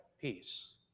peace